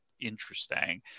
interesting